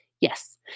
Yes